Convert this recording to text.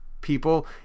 people